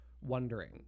wondering